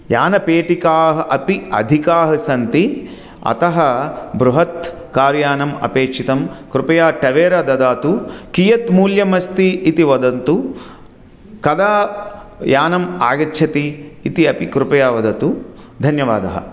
यानपेटिकाः अपि अधिकाः सन्ति अतः बृहत् कार् यानम् अपेक्षितं कृपया टवेर ददातु कियत् मूल्यम् अस्ति इति वदन्तु कदा यानम् आगच्छति इति अपि कृपया वदतु धन्यवादः